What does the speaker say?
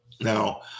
now